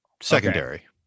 secondary